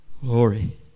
Glory